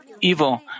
evil